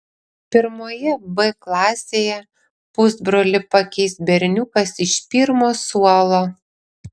pirmoje b klasėje pusbrolį pakeis berniukas iš pirmo suolo